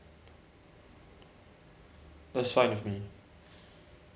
that's fine with me